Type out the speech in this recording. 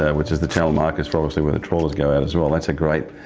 ah which was the channel markers for obviously where the trawlers go out as well. that's a great,